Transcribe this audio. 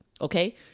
okay